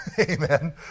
amen